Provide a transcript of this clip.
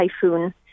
Typhoon